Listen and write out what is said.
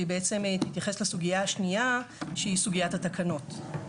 והיא בעצם תתייחס לסוגיה השנייה שהיא סוגיית התקנות.